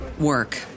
work